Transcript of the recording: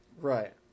Right